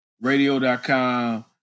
radio.com